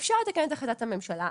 אפשר לתקן את החלטת הממשלה.